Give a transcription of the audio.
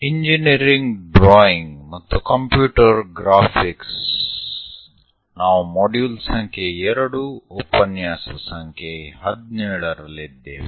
engineering drawing ಮತ್ತು computer graphics ನಾವು module ಸಂಖ್ಯೆ 2 ಉಪನ್ಯಾಸ ಸಂಖ್ಯೆ 17 ರಲ್ಲಿದ್ದೇವೆ